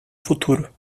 futuro